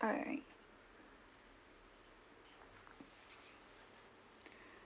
alright